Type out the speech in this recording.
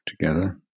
together